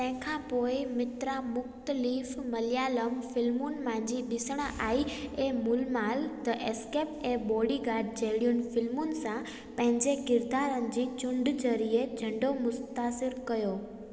तंहिंखां पोइ मित्रा मुख़्तलिफ़ मलयालम फ़िल्मुनि मंझि ॾिसण आई ऐं मुलुमाल द एस्केप ऐं बॉडीगार्ड जहिड़ियुनि फ़िल्मुनि सां पंहिंजे किरिदारनि जी चूंड ज़रिए चङो मुतासिरु कयो